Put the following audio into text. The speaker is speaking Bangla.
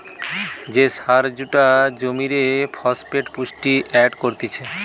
যে সার জুলা জমিরে ফসফেট পুষ্টি এড করতিছে